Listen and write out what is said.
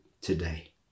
today